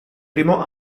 primo